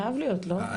חייב להיות, לא?